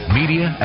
media